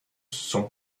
son